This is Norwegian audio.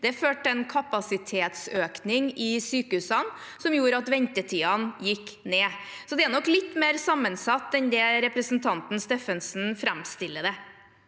førte til en kapasitetsøkning i sykehusene som gjorde at ventetidene gikk ned. Så det er nok litt mer sammensatt enn slik representanten Steffensen framstiller